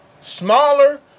smaller